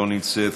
לא נמצאת,